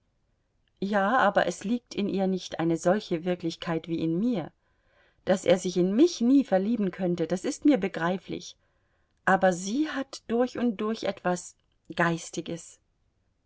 ja aber es liegt in ihr nicht eine solche wirklichkeit wie in mir daß er sich in mich nie verlieben könnte das ist mir begreiflich aber sie hat durch und durch etwas geistiges